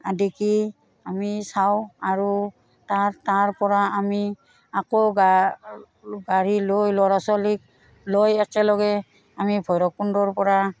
আদিকি আমি চাওঁ আৰু তাৰ তাৰপৰা আমি আকৌ গাড়ী লৈ ল'ৰা ছোৱালীক লৈ একেলগে আমি ভৈৰৱকুণ্ডৰপৰা